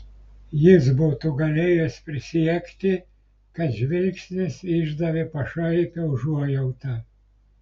jis būtų galėjęs prisiekti kad žvilgsnis išdavė pašaipią užuojautą